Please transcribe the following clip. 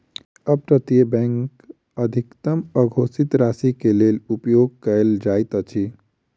up तटीय bank अधिकतम अघोषित राशिक लेल उपयोग कयल जाइत अछि